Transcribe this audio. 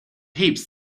heaps